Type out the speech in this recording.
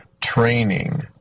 training